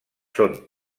són